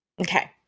Okay